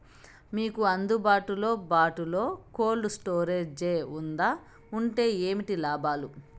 మీకు అందుబాటులో బాటులో కోల్డ్ స్టోరేజ్ జే వుందా వుంటే ఏంటి లాభాలు?